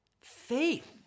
Faith